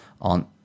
on